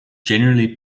generally